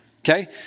okay